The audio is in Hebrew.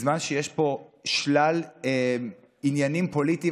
בזמן שיש פה שלל עניינים פוליטיים,